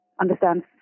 understand